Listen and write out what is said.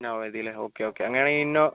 Innova മതിയല്ലേ okay okay അങ്ങനെയാണെങ്കിൽ ഇന്നോ